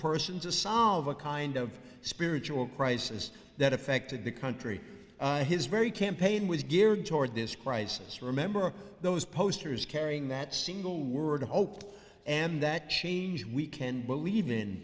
person to solve a kind of spiritual crisis that affected the country his very campaign was geared toward this crisis remember those posters carrying that single word of hope and that change we can believe in